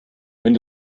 wenn